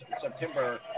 September –